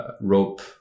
rope